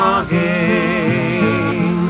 again